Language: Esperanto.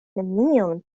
nenion